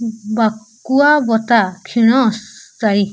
ବାକୁଆ ବତ୍ତା କ୍ଷଣ ସ୍ଥାୟୀ